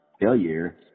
failure